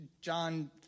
john